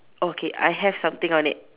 okay I have something on it